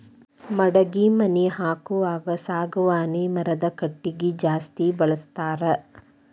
ಮಡಗಿ ಮನಿ ಹಾಕುವಾಗ ಸಾಗವಾನಿ ಮರದ ಕಟಗಿ ಜಾಸ್ತಿ ಬಳಸ್ತಾರ